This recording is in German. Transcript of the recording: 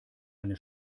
eine